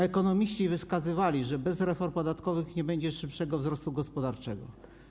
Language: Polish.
Ekonomiści wskazywali, że bez reform podatkowych nie będzie szybszego wzrostu gospodarczego.